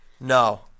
No